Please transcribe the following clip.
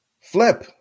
Flip